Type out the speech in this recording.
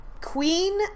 Queen